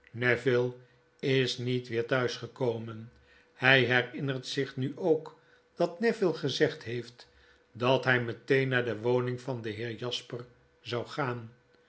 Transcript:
is niet weer thuis gekomen hfl herinnert zich nu ook dat neville gezegd heeft dat hij meteen naar de woning van den heer jasper zou gaan